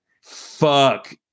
fuck